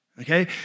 Okay